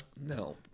No